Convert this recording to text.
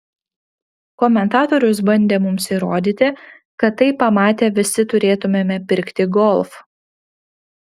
komentatorius bandė mums įrodyti kad tai pamatę visi turėtumėme pirkti golf